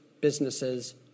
businesses